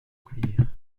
cuir